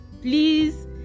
please